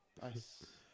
nice